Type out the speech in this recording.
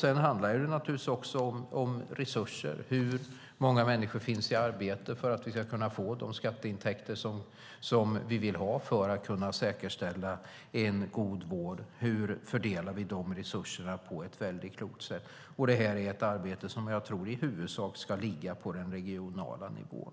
Det handlar naturligtvis också om resurser och om hur många människor som finns i arbete för att vi ska kunna få de skatteintäkter vi vill ha för att säkerställa en god vård. Hur fördelar vi de resurserna på ett klokt sätt? Det är ett arbete som ska ligga huvudsakligen på den regionala nivån.